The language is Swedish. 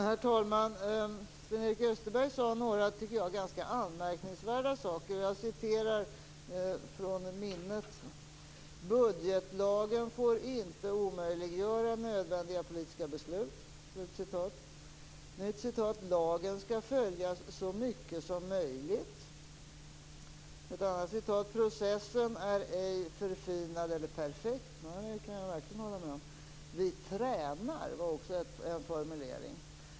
Herr talman! Sven-Erik Österberg sade några anmärkningsvärda saker. Jag citerar ur minnet: Budgetlagen får inte omöjliggöra nödvändiga politiska beslut. Lagen skall följas så mycket som möjligt. Processen är inte förfinad eller perfekt. Nej, det kan jag verkligen hålla med om! Vi tränar, var också en formulering.